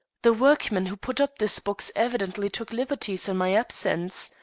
the workman who put up this box evidently took liberties in my absence.